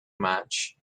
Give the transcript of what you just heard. much